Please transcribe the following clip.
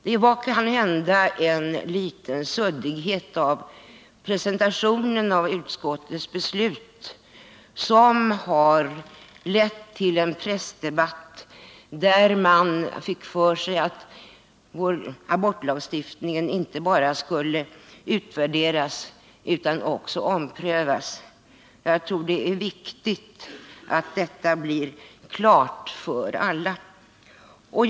Det fanns kanhända någon suddighet vid presentationen av utskottets beslut, som har lett till en pressdebatt. I den har förts fram att vår abortlagstiftning inte bara skulle utvärderas utan också omprövas. Jag tror det är viktigt att det blir klart för alla att det inte är avsikten.